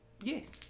yes